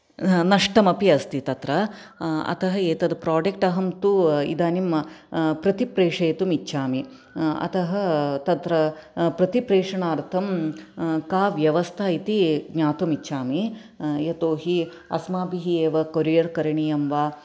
नष्टम् अपि अस्ति तत्र अतः एतत् प्रोडक्ट् अहं तु इदानीं प्रतिप्रेशयितुम् इच्छामि अतः तत्र प्रतिप्रेषणार्थं का व्यवस्था इति ज्ञातुं इच्छामि यतोऽहि अस्माभिः एव कोरियर् करणियं वा